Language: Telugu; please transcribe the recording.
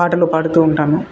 పాటలు పాడుతూ ఉంటాను